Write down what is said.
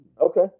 Okay